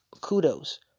Kudos